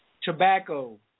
tobacco